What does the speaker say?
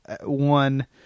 one